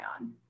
on